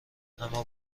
اما